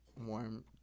warm